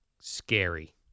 scary